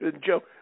Joe